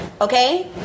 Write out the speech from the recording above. okay